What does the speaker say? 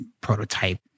prototype